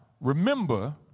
remember